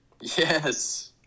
Yes